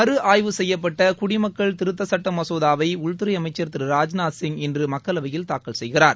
மறு ஆய்வு செய்யப்பட்ட குடிமக்கள் திருத்த சுட்ட மசோதாவை உள்துறை அமைச்சர் திரு ராஜ்நாத்சிங் இன்று மக்களவையில் தாக்கல் செய்கிறார்